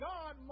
God